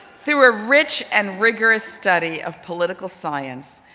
through a rich and rigorous study of political science,